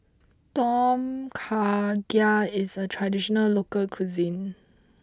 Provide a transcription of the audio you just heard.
Tom Kha Gai is a traditional local cuisine